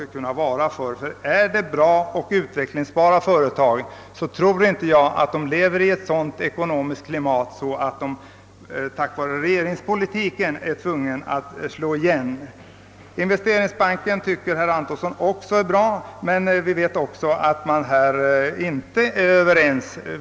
Jag tror vi har ett sådant ekonomiskt klimat, att goda och utvecklingsbara företag inte tvingas slå igen på grund av regeringens politik. Herr Antonsson tycker att Investeringsbanken är bra, men här är vi inte helt överens.